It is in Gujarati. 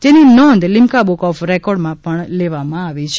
જેની નોંધ લિમ્કા બુક ઓફ રેકોડમાં લેવામાં આવી છે